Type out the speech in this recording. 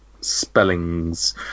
spellings